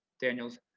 Daniels